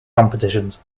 competitions